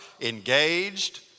engaged